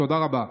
תודה רבה.